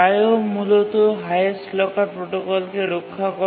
PRIO মূলত highest locker প্রোটোকলকে রক্ষা করে